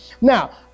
Now